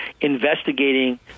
investigating